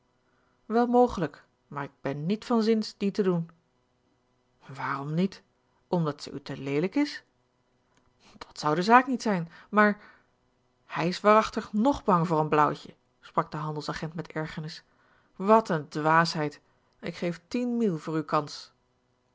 wel mogelijk maar ik ben niet van zins dien te doen waarom niet omdat zij u te leelijk is dat zou de zaak niet zijn maar hij is waarachtig ng bang voor een blauwtje sprak de handelsagent met ergernis wat een dwaasheid ik geef tien mille voor uwe kans